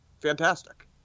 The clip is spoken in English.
fantastic